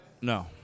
No